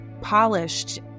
polished